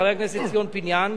חבר הכנסת ציון פיניאן.